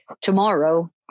tomorrow